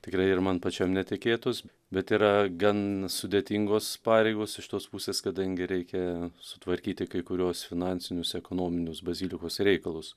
tikrai ir man pačiam netikėtos bet yra gan sudėtingos pareigos iš tos pusės kadangi reikia sutvarkyti kai kuriuos finansinius ekonominius bazilikos reikalus